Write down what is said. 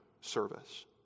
service